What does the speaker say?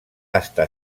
estar